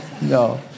no